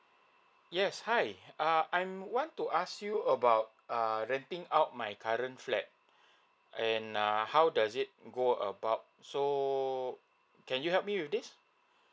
yes hi um I'm want to ask you about err renting out my current flat and err how does it go about so can you help me with this